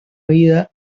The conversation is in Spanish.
vida